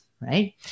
right